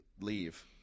leave